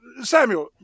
Samuel